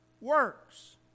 works